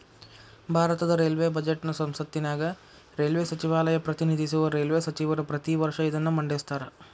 ಭಾರತದ ರೈಲ್ವೇ ಬಜೆಟ್ನ ಸಂಸತ್ತಿನ್ಯಾಗ ರೈಲ್ವೇ ಸಚಿವಾಲಯ ಪ್ರತಿನಿಧಿಸುವ ರೈಲ್ವೇ ಸಚಿವರ ಪ್ರತಿ ವರ್ಷ ಇದನ್ನ ಮಂಡಿಸ್ತಾರ